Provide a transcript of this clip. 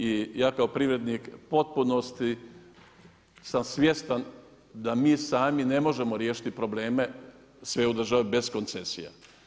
I ja kao privrednik u potpunosti sam svjestan da mi sami ne možemo riješiti probleme sve u državi bez koncesija.